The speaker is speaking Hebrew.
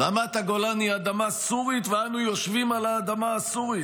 "רמת הגולן היא אדמה סורית ואנו יושבים על האדמה הסורית.